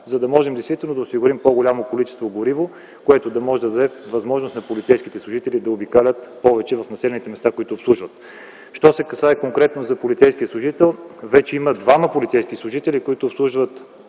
за да можем да осигурим по-голямо количество гориво, което да може да даде възможност на полицейските служители да обикалят повече в населените места, които обслужват. Що се касае конкретно за полицейския служител, вече има двама полицейски служители, които обслужват